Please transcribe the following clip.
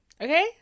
okay